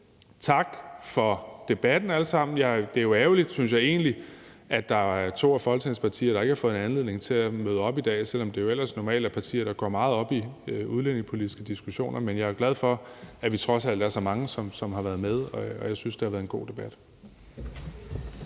for debatten. Det er jo egentlig ærgerligt, synes jeg, at der er to af Folketingets partier, der ikke har fundet anledning til at møde op i dag, selv om det jo ellers er partier, der normalt går meget op i udlændingepolitiske diskussioner. Men jeg er glad for, at vi trods alt er så mange, som har været med, og jeg synes, at det har været en god debat.